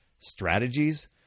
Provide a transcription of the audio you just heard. strategies